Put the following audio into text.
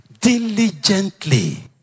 Diligently